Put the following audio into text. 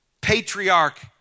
patriarch